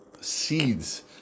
seeds